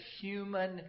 human